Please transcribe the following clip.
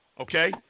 Okay